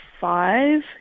five